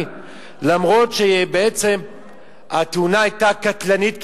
אף-על-פי שבעצם התאונה היתה קטלנית כמעט.